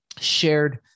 shared